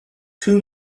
two